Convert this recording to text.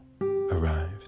arrived